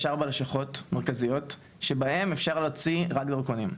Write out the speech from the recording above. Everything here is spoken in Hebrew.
ארבע לשכות מרכזיות שהן אפשר להוציא רק דרכונים,